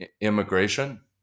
immigration